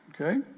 Okay